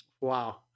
Wow